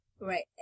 Right